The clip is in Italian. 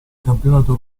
campionato